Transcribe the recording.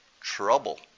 trouble